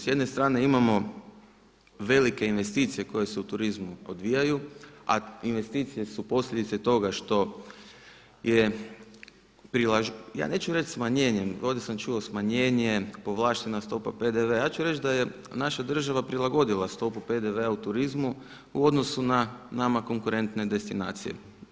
S jedne strane imao velike investicije koje su u turizmu odvijaju a investicije su posljedice toga što je, ja neću reći smanjenje, ovdje sam čuo smanjenje, povlaštena stopa PDV-a, ja ću reći da je naša država prilagodila stopu PDV-a u turizmu u odnosu na nama konkurentne destinacije.